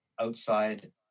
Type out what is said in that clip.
outside